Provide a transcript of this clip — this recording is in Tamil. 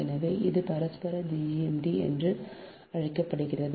எனவே இது பரஸ்பர GMD என்று அழைக்கப்படுகிறது